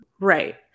Right